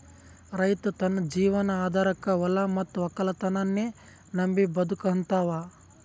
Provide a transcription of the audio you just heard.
ರೈತ್ ತನ್ನ ಜೀವನ್ ಆಧಾರಕಾ ಹೊಲಾ ಮತ್ತ್ ವಕ್ಕಲತನನ್ನೇ ನಂಬಿ ಬದುಕಹಂತಾವ